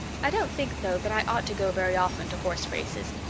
i don't think, though, that i ought to go very often to horse races,